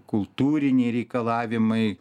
kultūriniai reikalavimai